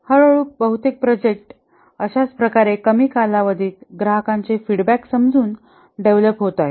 हळूहळू बहुतेक प्रोजेक्ट अशाच प्रकारे कमी कालावधीत ग्राहकांचे फीडबॅक समजून डेव्हलप होत आहेत